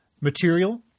material